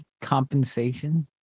compensation